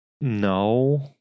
No